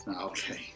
Okay